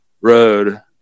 road